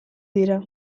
dira